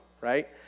right